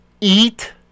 eat